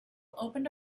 opened